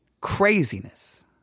craziness